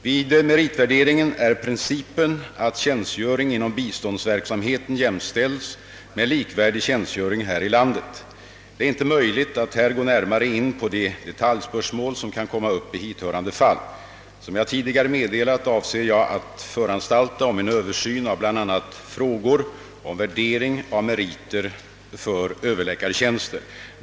Vid meritvärderingen är principen att tjänstgöring inom biståndsverksamheten jämställs med likvärdig tjänstgöring här i landet. Det är inte möjligt att här gå närmare in på de detaljspörsmål som kan komma upp i hithörande fall. Som jag tidigare meddelat avser jag att föranstalta om en översyn av bl.a. frågor om värdering av meriter för överläkartjänster.